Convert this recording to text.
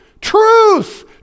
truth